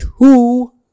two